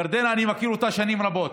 ירדנה, אני מכיר אותה שנים רבות.